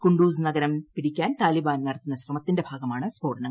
കുണ്ടൂസ് നഗരം പിടിക്കാൻ താലിബാൻ നടത്തുന്ന ശ്രമത്തിന്റെ ഭാഗമാണ് സ്ഫോടനങ്ങൾ